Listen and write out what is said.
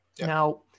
Now